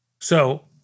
So-